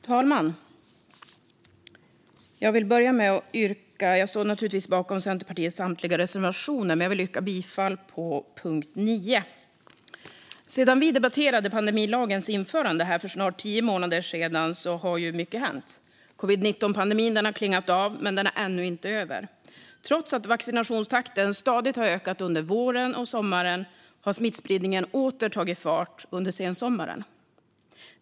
Fru talman! Jag står naturligtvis bakom samtliga av Centerpartiets reservationer, men jag yrkar bifall endast till reservation 8 under punkt 9. Sedan vi debatterade pandemilagens införande här för snart tio månader sedan har mycket hänt. Covid-19-pandemin har klingat av men är ännu inte över. Trots att vaccinationstakten stadigt har ökat under våren och sommaren har smittspridningen åter tagit fart under sensommaren.